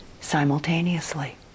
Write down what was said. simultaneously